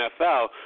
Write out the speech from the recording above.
NFL